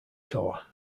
tour